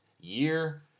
Year